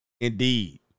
Indeed